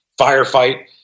firefight